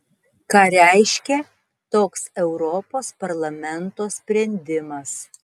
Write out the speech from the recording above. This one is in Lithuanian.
ką reiškia toks europos parlamento sprendimas